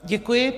Děkuji.